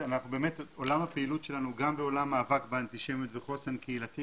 עולם הפעילות שלנו הוא גם בעולם המאבק באנטישמיות וחוסן קהילתי,